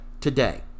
today